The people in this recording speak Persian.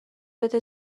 بده